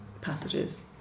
passages